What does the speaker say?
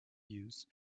use